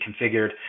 configured